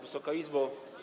Wysoka Izbo!